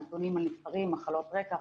נתונים על נפטרים, מחלות רקע,